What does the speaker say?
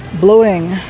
bloating